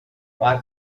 why